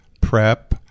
prep